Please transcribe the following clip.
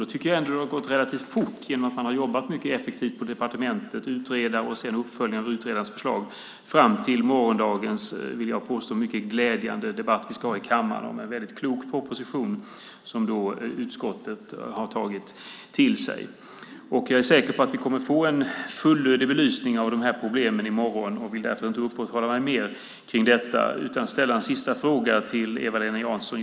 Då tycker jag ändå att det har gått relativt fort, genom att man har jobbat mycket effektivt på departementet, utrett och gjort uppföljning av utredarens förslag fram till den, vill jag påstå, mycket glädjande debatt som vi ska ha i kammaren i morgon om en väldigt klok proposition, som utskottet har tagit till sig. Jag är säker på att vi kommer att få en fullödig belysning av de här problemen i morgon och vill därför inte uppehålla mig mer vid det utan ställa en sista fråga till Eva-Lena Jansson.